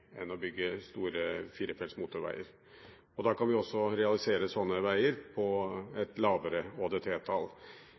enn å bygge store firefelts motorveier. Da kan vi også realisere slike veier på